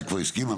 היא כבר הסכימה,